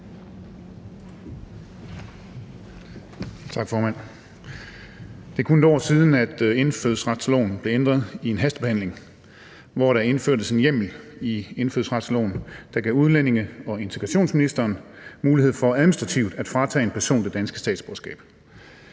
Det er kun et år siden, at indfødsretsloven blev ændret i en hastebehandling, hvor der indførtes en hjemmel i indfødsretsloven, der gav udlændinge- og integrationsministeren mulighed for administrativt at fratage en person det danske statsborgerskab.